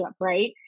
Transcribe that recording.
right